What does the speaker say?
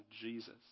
Jesus